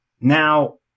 now